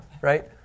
right